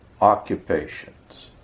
occupations